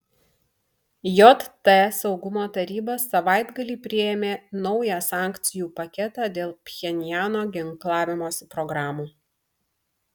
jt saugumo taryba savaitgalį priėmė naują sankcijų paketą dėl pchenjano ginklavimosi programų